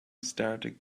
started